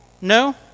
No